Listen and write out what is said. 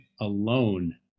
alone